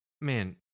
man